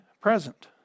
present